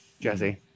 Jesse